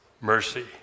mercy